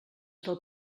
del